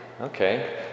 Okay